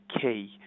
key